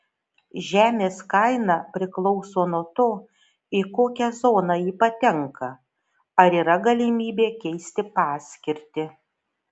žemės kaina priklauso nuo to į kokią zoną ji patenka ar yra galimybė keisti paskirtį